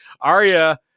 Arya